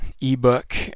ebook